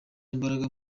imbaraga